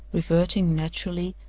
reverting naturally,